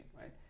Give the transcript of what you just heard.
right